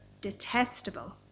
detestable